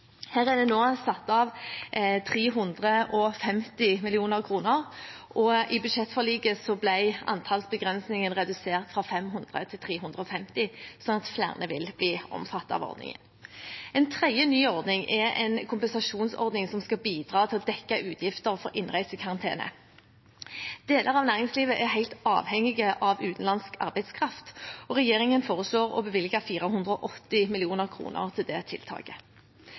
Her er det nå satt av 350 mill. kr, og i budsjettforliket ble antallsbegrensningen redusert fra 500 til 350, sånn at flere vil bli omfattet av ordningen. En tredje ny ordning er en kompensasjonsordning som skal bidra til å dekke utgifter for innreisekarantene. Deler av næringslivet er helt avhengig av utenlandsk arbeidskraft, og regjeringen foreslår å bevilge 480 mill. kr til det tiltaket.